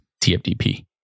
TFDP